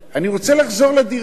אני רוצה לחזור לדירה,